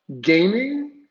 gaming